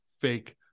fake